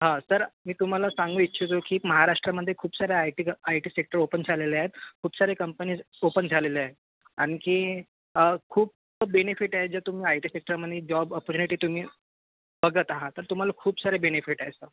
हं तर मी तुम्हाला सांगू इच्छितो की महाराष्ट्रामध्ये खूप साऱ्या आय टी क आय टी सेक्टर ओपन झालेले आहेत खूप सारे कंपनीज ओपन झालेले आहेत आणखी खूप बेनिफिट आहे जे तुम्ही आय टी सेक्टरमध्ये जॉब अप्र्च्युनिटी तुम्ही बघत आहात तर तुम्हाला खूप सारे बेनिफिट आहे असं